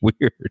weird